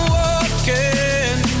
walking